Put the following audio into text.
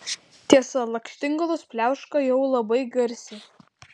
tiesa lakštingalos pliauška jau labai garsiai